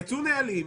יצאו נהלים,